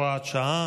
ובנייה),